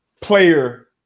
player